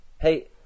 Hey